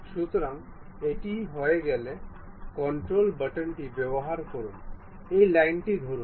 সুতরাং এটি হয়ে গেলে কন্ট্রোল বাটনটি ব্যবহার করুন এই লাইনটি ধরুন